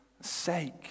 sake